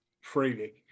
freely